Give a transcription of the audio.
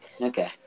Okay